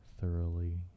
thoroughly